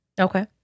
Okay